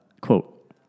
quote